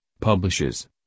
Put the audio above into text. publishes